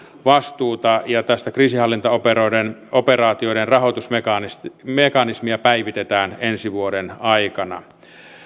vastuuta ja tätä kriisinhallintaoperaatioiden rahoitusmekanismia päivitetään ensi vuoden aikana